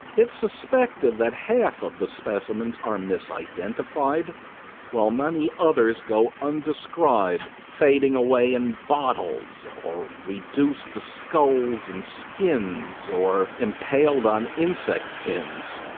it's suspected that half of the specimens are misidentified while many others go undescribed, fading away in bottles, or reduced to skulls and skins, or impaled on insect pins.